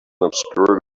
obscured